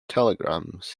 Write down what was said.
telegrams